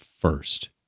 first